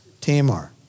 Tamar